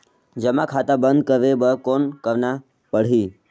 जमा खाता बंद करे बर कौन करना पड़ही?